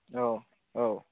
औ औ